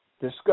discuss